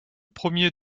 premier